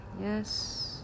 yes